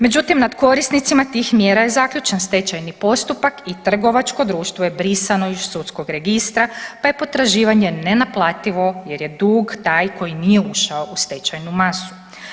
Međutim, nad korisnicima tih mjera je zaključen stečajni postupak i trgovačko društvo je brisano iz sudskog registra, pa je potraživanje nenaplativo jer je dug taj koji nije ušao u stečajnu masu.